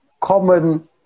common